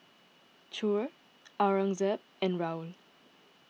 Choor Aurangzeb and Rahul